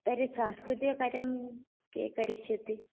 तर्हि सांस्कृतिककार्यं के करिष्यति